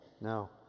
No